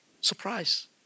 Surprise